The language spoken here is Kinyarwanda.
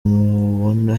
mubona